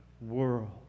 world